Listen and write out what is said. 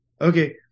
Okay